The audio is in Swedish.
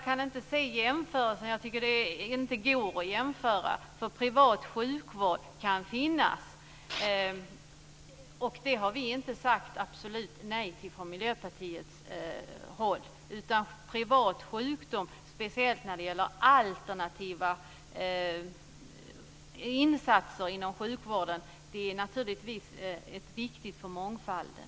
Fru talman! Jag tycker inte att det går att jämföra. Privat sjukvård kan få finnas. Det har vi inte sagt absolut nej till från Miljöpartiets sida. Privat sjukvård, speciellt när det gäller alternativa insatser inom sjukvården, är naturligtvis viktigt för mångfalden.